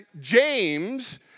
James